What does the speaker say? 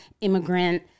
immigrant